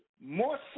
more